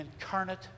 incarnate